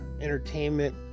entertainment